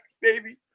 baby